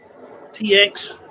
TX